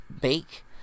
bake